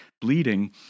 bleeding